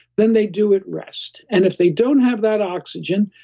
then they do it rest. and if they don't have that oxygen,